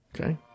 Okay